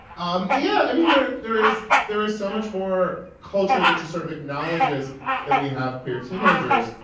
um yeah, i mean, there there is there is so much more culture that just sort of acknowledges that we have queer teenagers.